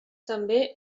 també